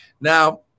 now